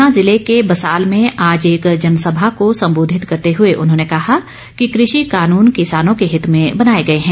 ऊना जिले के बसाल में आज एक जनसभा को संबोधित करते हुए उन्होंने कहा कि कृषि कानून किसानों के हित में बनाए गए हैं